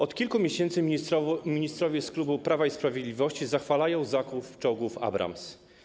Od kilku miesięcy ministrowie z klubu Prawa i Sprawiedliwości zachwalają zakup czołgów Abrams.